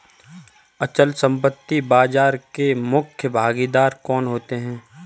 अचल संपत्ति बाजार के मुख्य भागीदार कौन होते हैं?